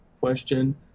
question